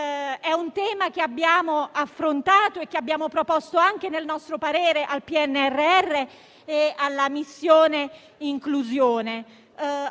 di un tema che abbiamo affrontato e che abbiamo proposto anche nel nostro parere al PNRR in relazione alla Missione 5 (Inclusione